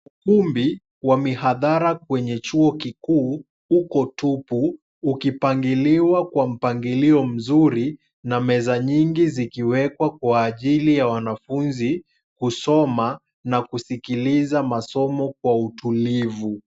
Ukumbi wa mihadhara kwenye chuo kikuu, uko tupu, ukipangiliwa kwa mpangilio mzuri, na meza nyingi zikiwekwa kwa ajili ya wanafunzi kusoma, na kusikiliza masomo kwa utulivu.